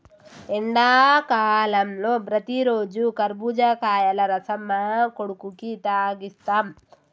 ఎండాకాలంలో ప్రతిరోజు కర్బుజకాయల రసం మా కొడుకుకి తాగిస్తాం